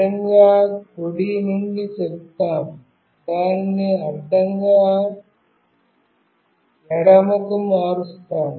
అడ్డంగా కుడి నుండి చెప్తాము దానిని అడ్డంగా ఎడమకు మారుస్తాము